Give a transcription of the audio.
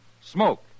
Smoke